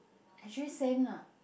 actually same lah